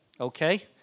okay